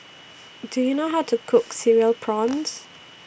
Do YOU know How to Cook Cereal Prawns